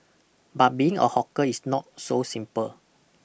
but being a hawker is not so simple